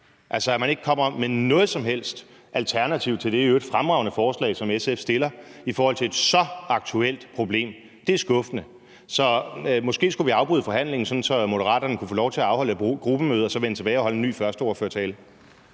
at man ikke kommer med noget som helst alternativ til det i øvrigt fremragende forslag, som SF har fremsat, om et så aktuelt problem. Det er skuffende. Så måske skulle vi afbryde forhandlingen, så Moderaterne kunne få lov til at afholde et gruppemøde og så vende tilbage og holde en ny første ordførertale.